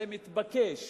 זה מתבקש.